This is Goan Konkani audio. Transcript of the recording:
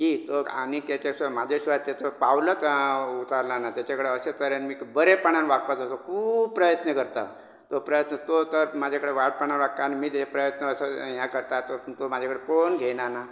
की तो आनी तेचे सो म्हाजे शिवाय तेचे पावल चलना तेजे कडेन अशे तरेन बी बरेपणान वागपाचो खूब प्रयत्न करता तो प्रयत्न तो तर म्हाजे कडेन वायटपणन वागता आनी मी प्रयत्न असो हें करता तो म्हाजे कडेन पळोवन घेयना ना